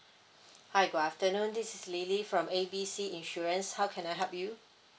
hi good afternoon this is lily from A B C insurance how can I help you